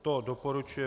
To doporučuje